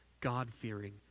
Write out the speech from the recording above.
God-fearing